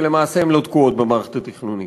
ולמעשה הן לא תקועות במערכת התכנונית,